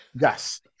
Yes